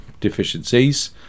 deficiencies